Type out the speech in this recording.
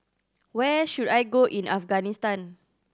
where should I go in Afghanistan